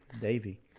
Davy